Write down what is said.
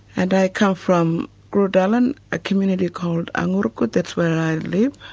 and i come from groote eylandt, a community called angurugu, that's where i live,